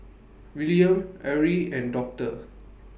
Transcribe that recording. Willaim Ari and Doctor